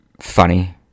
funny